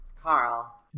Carl